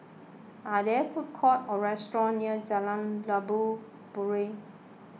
are there food courts or restaurants near Jalan Labu Puteh